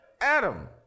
Adam